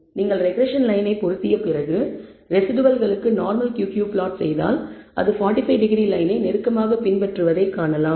நீங்கள் regression line ஐ பொருத்திய பிறகு ரெஸிடுவல்களுக்கு நார்மல் QQ பிளாட் செய்தால் அது 45 டிகிரி லைனை நெருக்கமாக பின்பற்றுவதை காணலாம்